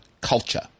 culture